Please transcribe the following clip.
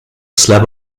slab